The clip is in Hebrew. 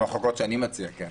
את מחלוקות שאני מציע, כן.